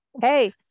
hey